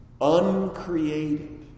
Uncreated